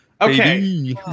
Okay